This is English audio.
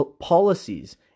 policies